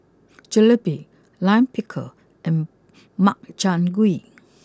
Jalebi Lime Pickle and Makchang Gui